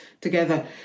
together